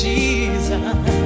Jesus